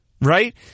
Right